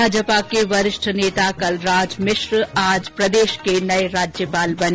भाजपा के वरिष्ठ नेता कलराज मिश्र आज प्रदेश के नये राज्यपाल बने